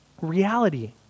reality